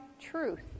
truth